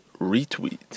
retweet